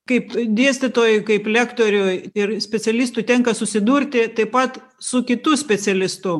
kaip dėstytojui kaip lektoriui ir specialistui tenka susidurti taip pat su kitų specialistų